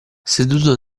seduto